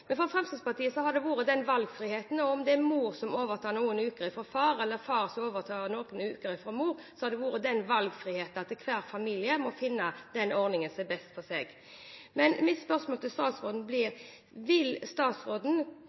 Men fra Fremskrittspartiets side har man tenkt på valgfriheten, enten det er mor som overtar noen uker fra far, eller far som overtar noen uker fra mor – hver familie må finne den ordningen som er best for seg. Mitt spørsmål til statsråden blir: Vil statsråden